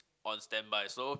on standby so